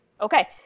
okay